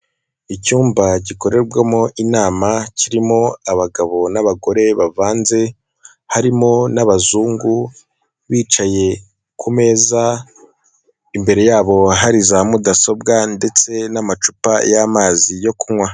Icyumba gikorerwamo inama, kirimo abagabo n'abagore bavanze, harimo n'abazungu, bicaye ku meza, imbere yabo hari za mudasobwa ndetse n'amacupa y'amazi yo kunywa.